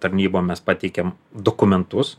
tarnybom mes pateikiam dokumentus